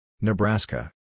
Nebraska